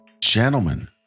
gentlemen